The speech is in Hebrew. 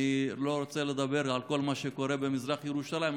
אני לא רוצה לדבר על כל מה שקורה במזרח ירושלים,